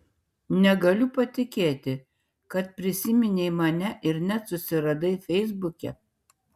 negaliu patikėti kad prisiminei mane ir net susiradai feisbuke